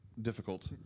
Difficult